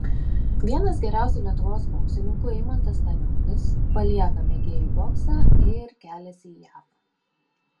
vienas geriausių lietuvos boksininkų eimantas stanionis palieką mėgėjų boksą ir keliasi jav